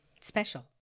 special